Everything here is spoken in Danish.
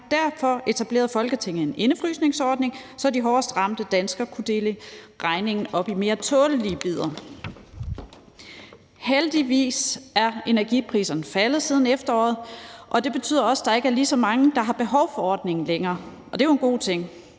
derfor etablerede Folketinget en indefrysningsordning, så de hårdest ramte danskere kunne dele regningen op i mere tålelige bidder. Heldigvis er energipriserne faldet siden efteråret, og det betyder også, at der ikke er lige så mange, der har behov for ordningen længere, og det er jo en god ting,